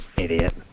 idiot